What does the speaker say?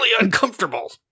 uncomfortable